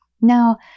Now